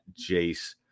Jace